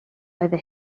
over